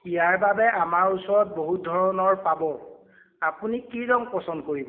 ইয়াৰ বাবে আমাৰ ওচৰত বহুত ধৰণৰ পাব আপুনি কি ৰং পচন্দ কৰিব